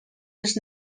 les